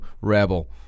Rebel